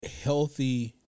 healthy